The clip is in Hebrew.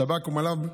שב"כ ומלמ"ב,